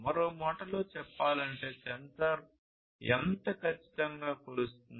మరో మాటలో చెప్పాలంటే సెన్సార్ ఎంత ఖచ్చితంగా కొలుస్తుంది